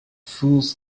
fools